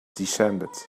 descended